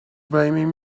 blaming